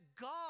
God